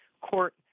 court